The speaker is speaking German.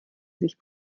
sich